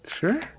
Sure